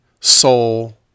soul